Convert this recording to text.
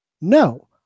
No